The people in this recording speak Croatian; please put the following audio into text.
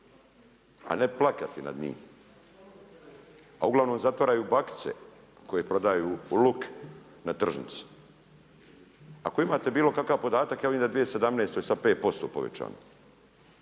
a ne plakati nad njim. A uglavnom zatvaraju bakice koje prodaju luk na tržnici. Ako imate bilo kakav podatak ja vidim da je u 2017. sada 5% povećano